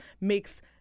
makes